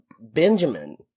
Benjamin